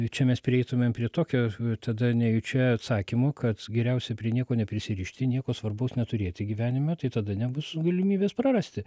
čia mes prieitumėm prie tokio tada nejučia atsakymo kad geriausia prie nieko neprisirišti nieko svarbaus neturėti gyvenime tai tada nebus galimybės prarasti